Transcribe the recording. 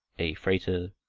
a. frater,